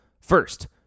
First